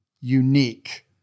unique